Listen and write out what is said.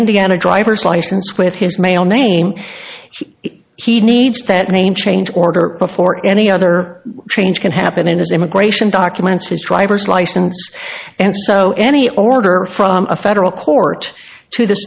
indiana driver's license with his male name he needs that name change order before any other change can happen in his immigration documents his driver's license and so any order from a federal court to the